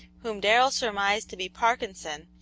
whom darrell surmised to be parkinson,